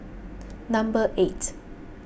number eight